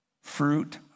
fruit